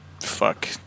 Fuck